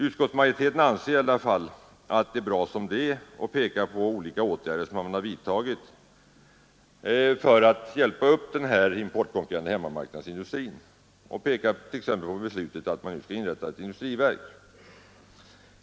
Utskottsmajoriteten anser att det är bra som det är och pekar på olika vidtagna åtgärder för att hjälpa upp den importkonkurrerande hemmamarknadsindustrin. Man pekar t.ex. på beslutet att inrätta ett industriverk.